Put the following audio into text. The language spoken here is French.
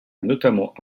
notamment